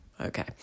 Okay